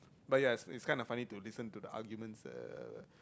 but ya is is kind of funny to listen to the arguments uh